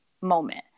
moment